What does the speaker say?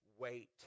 wait